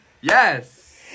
Yes